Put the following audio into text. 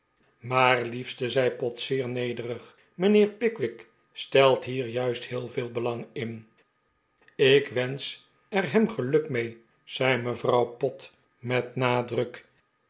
maar liefste zei pott zeer nederig mijnheer pickwick stelt hier juist heel veel belang in ik wensch er hem geluk mee zei mevrouw pott met nadruk